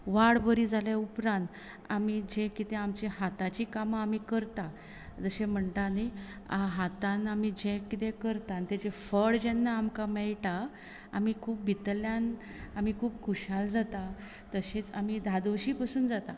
वाड बरी जाल्या उपरांत आमी जे कितें आमची हाताची कामां आमी करता जशें म्हणटा न्हय हातान आमी जे कितें करता आनी तेजें फळ जेन्ना आमकां मेळटा आमी खूब भितरल्यान आमी खूब खुशाल जाता तशेंच आमी धादोशीं पसून जाता